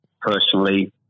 personally